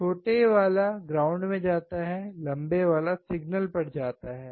छोटे वाला ग्राउंड में जाता है लंबे वाला सिग्नल पर जाता है